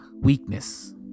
weakness